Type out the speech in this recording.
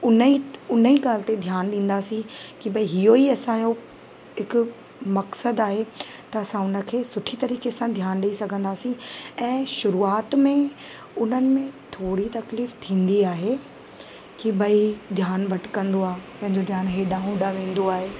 उन ई उन ई ॻाल्हि ते ध्यानु ॾींदासीं कि भाई इहो ई असांजो हिकु मक़सदु आहे त असां उन खे सुठी तरीक़े सां ध्यानु ॾेई सघंदासीं ऐं शुरूआति में उन्हनि में थोरी तकलीफ़ु थींदी आहे की भाई ध्यानु भटकंदो आहे पंहिंजो ध्यानु हेॾांहं होॾांहं वेंदो आहे